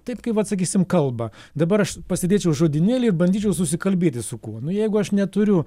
taip kai vat sakysim kalbą dabar aš pasėdėčiau žodynėlį ir bandyčiau susikalbėti su kuo nu jeigu aš neturiu